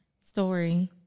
story